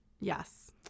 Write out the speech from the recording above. Yes